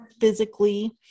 physically